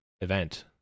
event